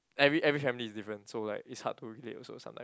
every every family is different so like it's hard to relate also sometime